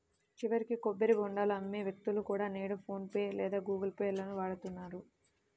చివరికి కొబ్బరి బోండాలు అమ్మే వ్యక్తులు కూడా నేడు ఫోన్ పే లేదా గుగుల్ పే లను వాడుతున్నారు